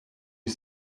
you